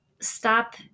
stop